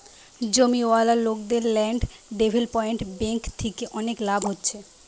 জমিওয়ালা লোকদের land development bank থিকে অনেক লাভ হচ্ছে